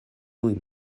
tuj